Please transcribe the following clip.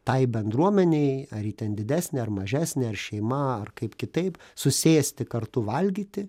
tai bendruomenei ar ji ten didesnė ar mažesnė ar šeima ar kaip kitaip susėsti kartu valgyti